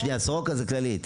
רגע, שנייה, סורוקה זה כללית,